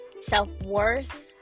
self-worth